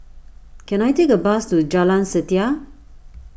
can I take a bus to Jalan Setia